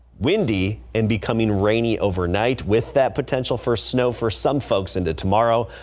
windy and becoming rainy overnight with that potential for snow for some folks into tomorrow,